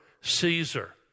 Caesar